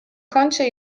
kącie